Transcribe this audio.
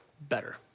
better